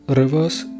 reverse